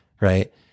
right